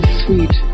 sweet